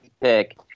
pick